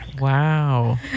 Wow